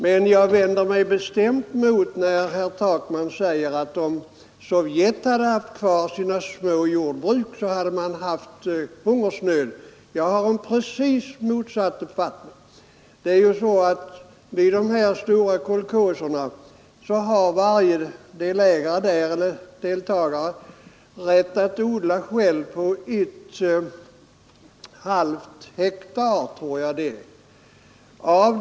Men jag vänder mig bestämt emot herr Takmans uttalande att om Sovjet haft kvar sina små jordbruk hade man haft hungersnöd där. Jag har precis motsatt uppfattning. I de stora kolchoserna har varje medlem rätt att för egen räkning odla på 0,5 hektar, tror jag det är.